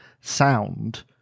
sound